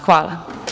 Hvala.